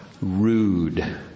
rude